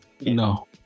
No